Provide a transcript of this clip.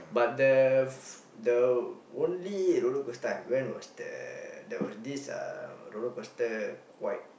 but the f~ the only roller-coaster I went was the there was this uh roller-coaster quite